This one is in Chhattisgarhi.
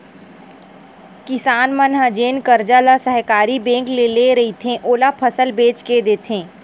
किसान मन ह जेन करजा ल सहकारी बेंक ले रहिथे, ओला फसल बेच के देथे